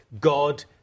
God